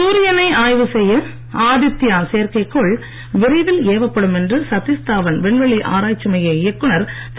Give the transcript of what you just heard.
சூரியனை ஆய்வு செய்ய ஆதித்யா செயற்கைக் கோள் விரைவில் ஏவப்படும் என்று சத்தீஷ் தாவண் விண்வெளி ஆராய்ச்சி மைய இயக்குனர் திரு